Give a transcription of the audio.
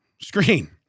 screen